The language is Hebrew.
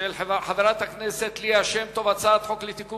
של חברת הכנסת ליה שמטוב הצעת חוק לתיקון